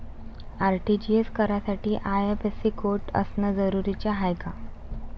RTGS करासाठी IFSC code असनं जरुरीच हाय का?